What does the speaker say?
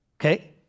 okay